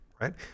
right